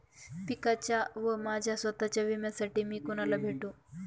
पिकाच्या व माझ्या स्वत:च्या विम्यासाठी मी कुणाला भेटू?